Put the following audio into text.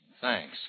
Thanks